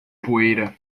poeira